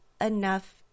enough